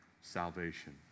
salvation